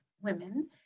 women